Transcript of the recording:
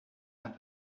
have